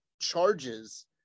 charges